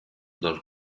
dal